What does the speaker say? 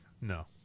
No